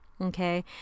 Okay